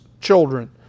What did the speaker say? children